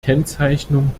kennzeichnung